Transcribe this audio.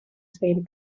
tweede